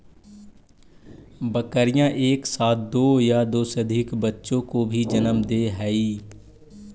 बकरियाँ एक साथ दो या दो से अधिक बच्चों को भी जन्म दे हई